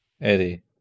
Eddie